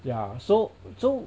ya so so